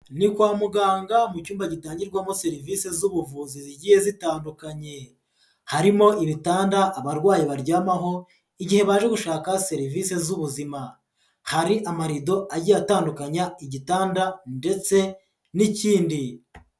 Ni kwa muganga mu cyumba gitangirwamo serivisi z'ubuvuzi zigiye zitandukanye, harimo ibitanda abarwayi baryamaho igihe baje gushaka serivisi z'ubuzima, hari amarido agiye atandukanya igitanda ndetse n'ikindi.